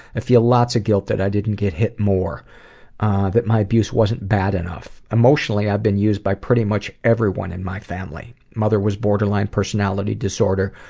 i feel lots of guilt that i didn't get more that my abuse wasn't bad enough. emotionally, i've been used by pretty much everyone in my family. mother was borderline personality disorder,